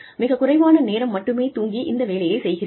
மிகக் குறைவான நேரம் மட்டுமே தூங்கி இந்த வேலையை செய்கிறீர்கள்